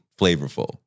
flavorful